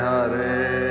Hare